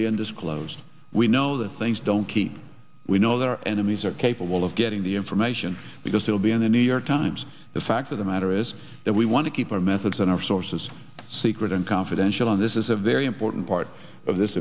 be undisclosed we know that things don't keep we know that our enemies are capable of getting the information because they'll be in the new york times the fact of the matter is that we want to keep our methods and our sources secret and confidential and this is a very important part of this